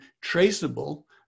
traceable